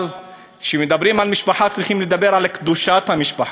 אבל כשמדברים על משפחה צריכים לדבר על קדושת המשפחה.